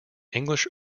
english